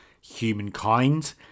humankind